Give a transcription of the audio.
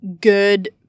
good